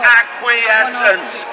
acquiescence